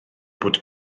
bod